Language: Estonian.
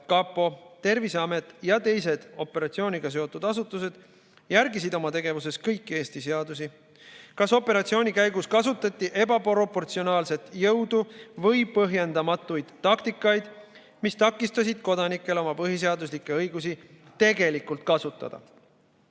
kapo, Terviseamet ja teised operatsiooniga seotud asutused järgisid oma tegevuses kõiki Eesti seadusi; kas operatsiooni käigus kasutati ebaproportsionaalset jõudu või põhjendamatuid taktikaid, mis takistasid kodanikel oma põhiseaduslikke õigusi tegelikult kasutada;